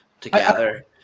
together